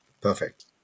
perfect